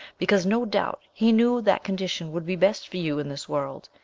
because, no doubt, he knew that condition would be best for you in this world,